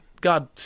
God